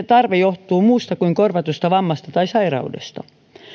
tarve johtuu muusta kuin korvatusta vammasta tai sairaudesta